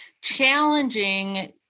challenging